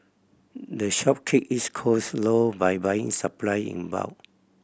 the shop keep its cost low by buying supply in bulk